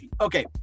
Okay